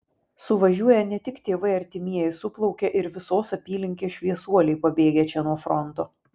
suvažiuoja ne tik tėvai artimieji suplaukia ir visos apylinkės šviesuoliai pabėgę čia nuo fronto